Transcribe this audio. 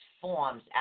forms